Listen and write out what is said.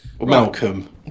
malcolm